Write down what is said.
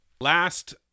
Last